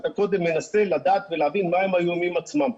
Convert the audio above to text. אתה קודם מנסה לדעת ולהבין מה הם האיומים עצמם.